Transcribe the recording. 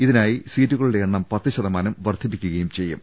ഇതിനായി സീറ്റുക ളുടെ എണ്ണം പത്ത് ശതമാനം വർധിപ്പിക്കുകയും ചെയ്യും